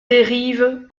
dérivent